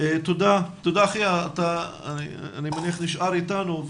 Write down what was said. תודה, אחיה, אני מניח שאתה נשאר איתנו.